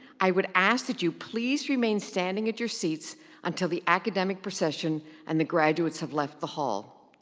i would ask that you please remain standing at your seats until the academic procession and the graduates have left the hall.